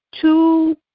two